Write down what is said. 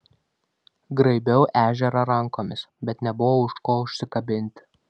graibiau ežerą rankomis bet nebuvo už ko užsikabinti